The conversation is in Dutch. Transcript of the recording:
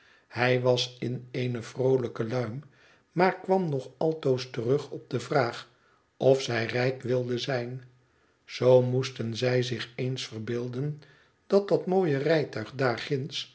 hij was in eene vroohjke luim maar kwam nog altoos terug op de vraag of zij rijk wilde zijn zoo moesten zij zich eens verbeelden dat dat mooie